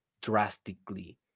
drastically